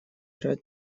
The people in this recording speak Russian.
ряд